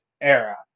Era